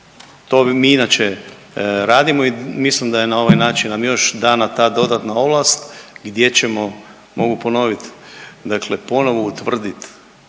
vam mi inače radimo i mislim da je na ovaj način nam još dana ta dodatna ovlast gdje ćemo, mogu ponoviti dakle ponovo utvrdit